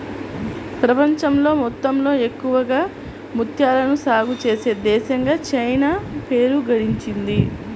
ప్రపంచం మొత్తంలో ఎక్కువగా ముత్యాలను సాగే చేసే దేశంగా చైనా పేరు గడించింది